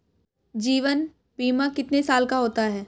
जीवन बीमा कितने साल का होता है?